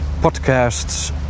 podcasts